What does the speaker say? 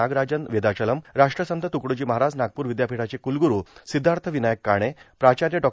नागराजन वेदाचलम राष्ट्रसंत तुकडोजी महाराज नागपूर विद्यापीठाचे कुलगुरु श्री र्सिद्धार्थावनायक काणे प्राचाय डॉ